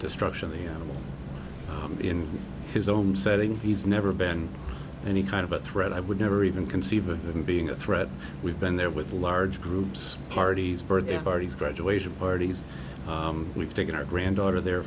destruction that you know in his own setting he's never been any kind of a threat i would never even conceive of him being a threat we've been there with a large groups parties birthday parties graduation parties we've taken our granddaughter there